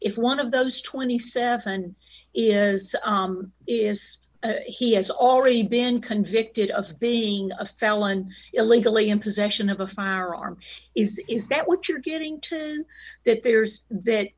if one of those twenty seven dollars is is he has already been convicted of being a felon illegally in possession of a firearm is is that what you're getting to that there's